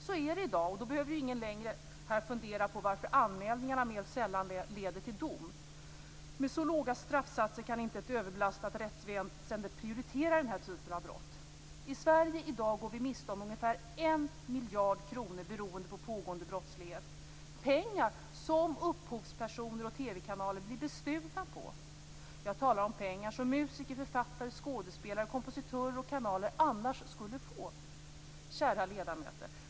Så är det i dag, och därför behöver ingen fundera över varför anmälningarna mera sällan leder till dom. Med så låga straffsatser kan inte ett överbelastat rättsväsende prioritera den här typen av brott. I Sverige i dag går vi miste om ca 1 miljard kronor beroende på pågående brottslighet, pengar som upphovsmän och TV-kanaler blir bestulna på. Jag talar om pengar som musiker, författare, skådespelare, kompositörer och kanaler annars skulle få. Kära ledamöter!